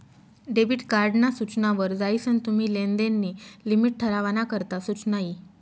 debit card ना सूचना वर जायीसन तुम्ही लेनदेन नी लिमिट ठरावाना करता सुचना यी